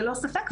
ללא ספק,